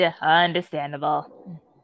understandable